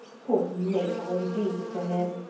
port natal, indeed, for him!